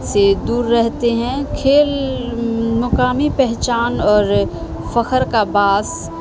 سے دور رہتے ہیں کھیل مقامی پہچان اور فخر کا باعث